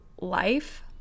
life